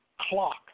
clock